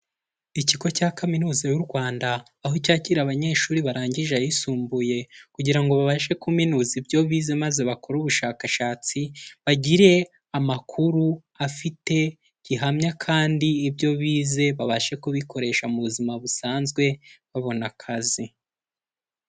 Ikigo cya Kaminuza y'u Rwanda aho cyakira abanyeshuri barangije ayisumbuye kugira ngo babashe kuminuza ibyo bize maze bakore ubushakashatsi, bagire amakuru afite gihamya kandi ibyo bize babashe kubikoresha mu buzima busanzwe babona akazi.